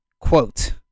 Quote